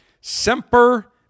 Semper